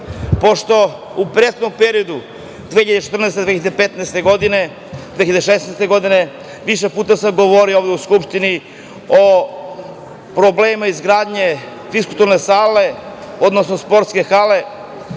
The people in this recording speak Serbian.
pošto sam u prethodnom periodu, 2014, 2015. i 2016. godine, više puta govorio ovde u Skupštini o problemima izgradnje fiskulturne sale, odnosno sportske hale,